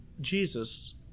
Jesus